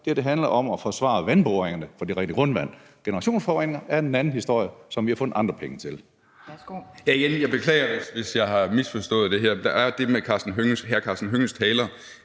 her handler om at forsvare vandboringerne og det rene drikkevand. Generationsforureningerne er en anden historie, som vi har fundet andre penge til.